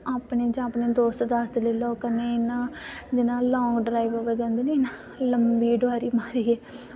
आपें ते करने अपने दोस्त लेई लाओ कन्नै जि'यां लांग ड्राईव पर जंदे निं लम्मी डोआरी मारियै